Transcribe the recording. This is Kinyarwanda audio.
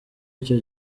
icyo